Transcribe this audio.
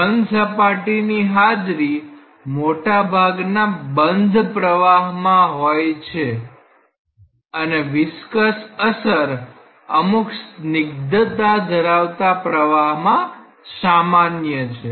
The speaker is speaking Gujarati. ઘન સપાટીની હાજરી મોટાભાગના બંધ પ્રવાહમાં હોય છે અને વિસ્કસ અસર અમુક સ્નિગ્ધતા ધરાવતા પ્રવાહમાં સામાન્ય છે